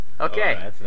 Okay